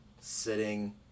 Sitting